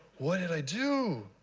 what did i do?